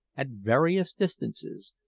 at various distances,